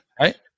right